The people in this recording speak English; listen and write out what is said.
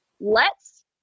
lets